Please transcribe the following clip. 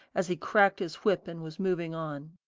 as he cracked his whip and was moving on.